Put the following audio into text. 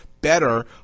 better